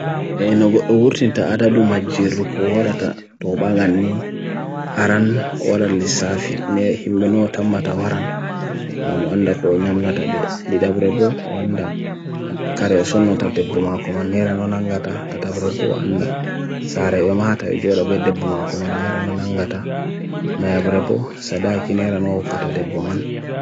ʻĀnuguk ʻūrxin t'a ʻadadu madjiruk ʻo ʻodata ʻobāgan ni ʻAran ʻʻOla Lissafi ʻinia hi ʻmbeno ʻtammata ʻwaran ʻgamu ʻanda ʻko ʻonyam nata be ʻlida ʻbrebo ʻʻanda ʻkare yoson nata ʻdebumakum an ʻneera nona nga tata ʻbrebo ʻanda ʻsa ʻare ʻomata ʻijol e bet ʻdebumakum an nera nona nga tata ʻnaia ʻbrebo ʻsa ʻda ʻiki n